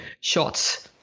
shots